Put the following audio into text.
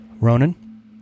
Ronan